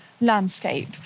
landscape